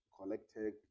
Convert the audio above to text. Collected